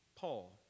Paul